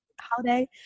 holiday